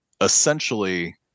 essentially